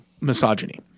misogyny